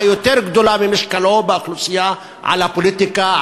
יותר גדולה ממשקלו באוכלוסייה על הפוליטיקה,